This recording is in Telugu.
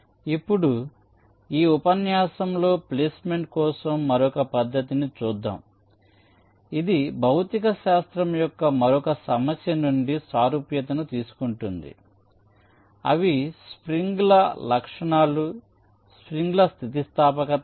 ఇప్పుడు ఈ ఉపన్యాసంలో ప్లేస్మెంట్ కోసం మరొక పద్ధతిని చూద్దాం ఇది భౌతికశాస్త్రం యొక్క మరొక సమస్య నుండి సారూప్యతను తీసుకుంటుంది అవి స్ప్రింగ్ల లక్షణాలు స్ప్రింగ్ల స్థితిస్థాపకత